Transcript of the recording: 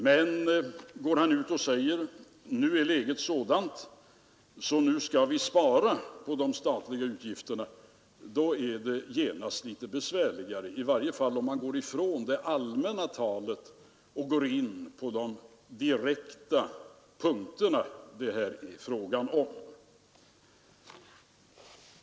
Men går han ut och säger att läget är sådant att vi skall spara på de statliga utgifterna, då är det genast litet besvärligare — i varje fall om man går ifrån det allmänna talet och direkt pekar på vissa poster som man vill angripa.